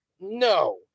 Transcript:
No